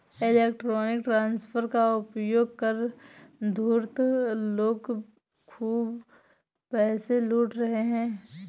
electronic transfer का उपयोग कर धूर्त लोग खूब पैसे लूट रहे हैं